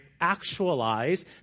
actualize